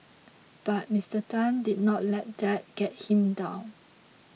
but Mister Tan did not let that get him down